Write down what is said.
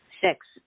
Six